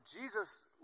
Jesus